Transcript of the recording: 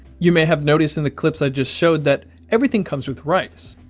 you may have noticed in the clips i just showed that everything comes with rice.